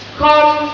come